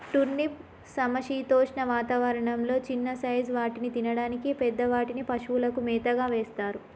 turnip సమశీతోష్ణ వాతావరణం లొ చిన్న సైజ్ వాటిని తినడానికి, పెద్ద వాటిని పశువులకు మేతగా వేస్తారు